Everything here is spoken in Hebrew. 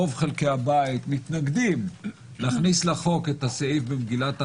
רוב חלקי הבית מתנגדים להכניס לחוק את הסעיף במגילת העצמאות,